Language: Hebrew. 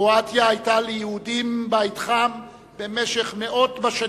קרואטיה היתה ליהודים בית חם במשך מאות בשנים.